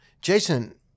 Jason